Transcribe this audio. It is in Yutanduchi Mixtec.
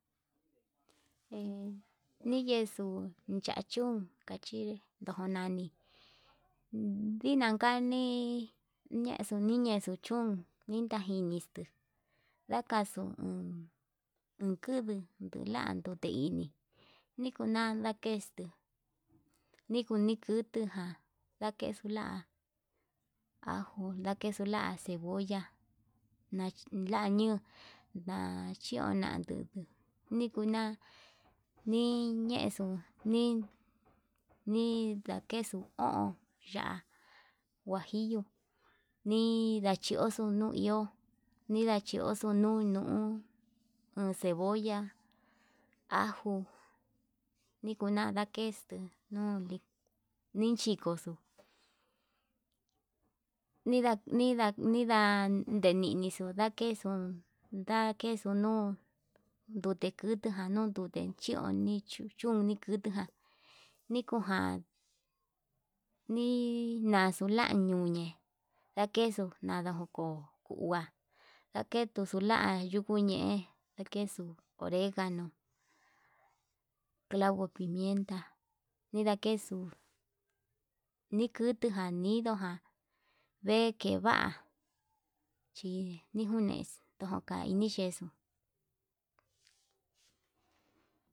Eenniyexu ya'a chún kachi ndonani ndinanka nii niñexu niñexu chún, nitanjinixtu ndakaxun uun ukudu kulanduu ndini nikula ndakexte, niku nikutuján ndakexuu la'a ajo lakexu la cebolla la lañuu naxhio andutu nikuna niñexuu ni nindakexu o'on ya'á huajillo, ninachioxo nuu iho ndachiuxuu nuu nuu uun cebolla ajo nikunax ndakextu nuu nde nichikoxo nida nida nida ndeneniniro ndakexun mdakexun nuu, ndute kutujpan nun ndute chio chiu nikutu jan nikuján nii laxuu lañuñe nakexu ndaoko kua ndaketuxu nuu la kuñe'e ndakexuu, onregano, clavo, pimienta nidakexu nikutuján nido ján ndekeva chii nijun nunex ndoka nine yexuu.